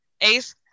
Ace